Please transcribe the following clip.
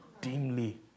dimly